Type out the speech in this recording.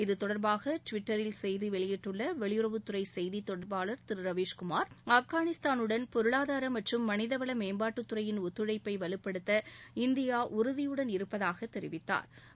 இத்தொடர்பாக டுவிட்டரில் செய்தி வெளியிட்டுள்ள வெளியுறவுத்துறை செய்தி தொடர்பாளர் திரு ரவிஸ்குமார் ஆப்கானிஸ்தானுடன் பொருளாதார மற்றும் மனிதவள மேம்பாட்டுத்துறையின் ஒத்துழைப்பை வலுப்படுத்த இந்தியா உறுதியுடன் இருப்பதாக தெரிவித்தாா்